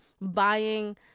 buying